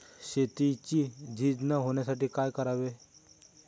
शेतीची झीज न होण्यासाठी काय करावे?